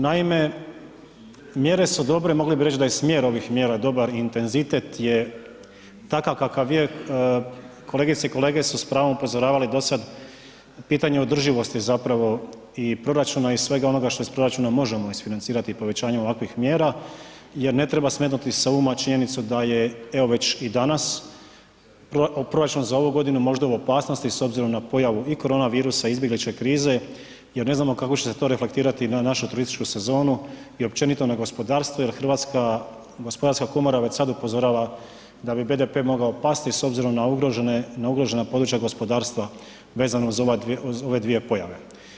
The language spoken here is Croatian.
Naime, mjere su dobre, mogli bi reći da je smjer ovih mjera dobar, intenzitet je takav kakav je, kolegice i kolege su s pravom upozoravali do sad pitanje održivosti zapravo i proračuna, i svega onoga što iz proračuna možemo isfinancirati, i povećanje ovakvih mjera, jer ne treba smetnuti sa uma činjenicu da je, evo već i danas, proračun za ovu godinu možda u opasnosti s obzirom na pojavu i koronavirusa, i izbjegličke krize, jer ne znamo kako će se to reflektirati na našu turističku sezonu i općenito na gospodarstvo, jer Hrvatska gospodarska komora već sad upozorava da bi BDP mogao pasti s obzirom na ugrožene, na ugrožena područja gospodarstva vezano uz ove dvije pojave.